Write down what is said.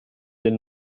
den